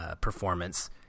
performance